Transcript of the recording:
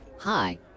Hi